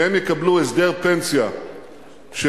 שהם יקבלו הסדר פנסיה שיאושר,